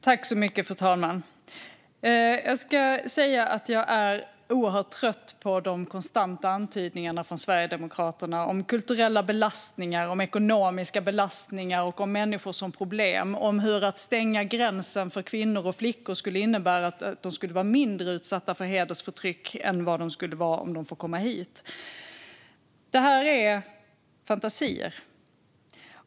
Fru talman! Jag är oerhört trött på de konstanta antydningarna från Sverigedemokraterna om kulturella och ekonomiska belastningar, om människor som problem och om hur att stänga gränsen för kvinnor och flickor skulle innebära att de var mindre utsatta för hedersförtryck än om de fick komma hit. Det här är fantasier.